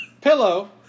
Pillow